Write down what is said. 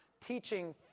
teaching